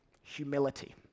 humility